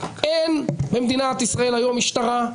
אין במדינת ישראל היום משטרה,